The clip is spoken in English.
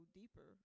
deeper